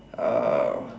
uh